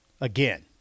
again